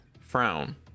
frown